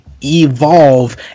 Evolve